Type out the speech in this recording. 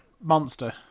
Monster